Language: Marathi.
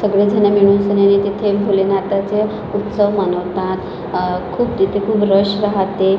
सगळेजणं मिसळून तिथे भोलेनाथाचं उत्सव मनवतात खूप तिथे खूप रश राहाते